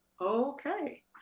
okay